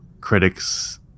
critics